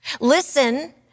Listen